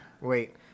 wait